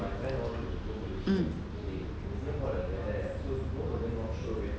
mm